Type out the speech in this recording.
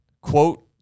quote